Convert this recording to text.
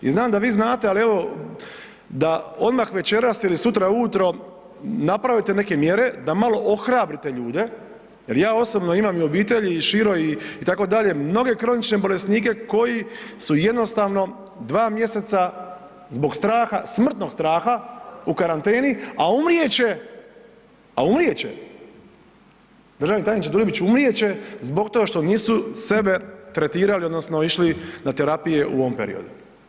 I znam da vi znate, ali evo da odmah večeras ili sutra ujutro napravite neke mjere, da malo ohrabrite ljude jer ja osobno imam i u obitelji i široj itd. mnoge kronične bolesnike koji su jednostavno dva mjeseca zbog straha, smrtnog straha u karanteni, a umrijet će, a umrijet će državni tajniče Dujmiću umrijet će zbog toga što nisu sebe tretirali odnosno išli na terapije u ovom periodu.